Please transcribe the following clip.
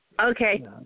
Okay